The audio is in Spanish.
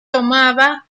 tomaba